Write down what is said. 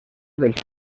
dels